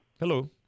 Hello